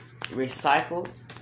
recycled